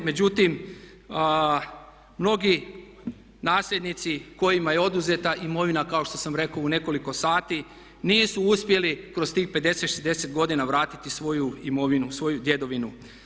Međutim, mnogi nasljednici kojima je oduzeta imovina kao što sam rekao u nekoliko sati nisu uspjeli kroz tih 50, 60 godina vratiti svoju imovinu, svoju djedovinu.